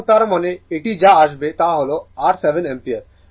সুতরাং তার মানে এটি যা আসবে তা হল r 7 অ্যাম্পিয়ার